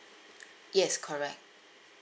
yes correct